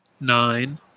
nine